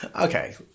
Okay